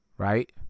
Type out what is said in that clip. Right